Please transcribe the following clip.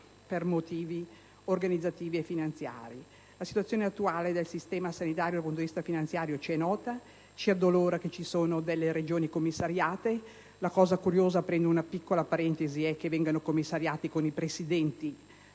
per motivi organizzativi e finanziari. La situazione attuale del sistema sanitario dal punto di vista finanziario ci è nota; ci addolora che ci siano Regioni commissariate. È curioso d'altra parte che vengano commissariate con i Presidenti